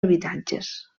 habitatges